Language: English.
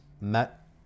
met